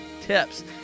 TIPS